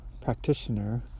practitioner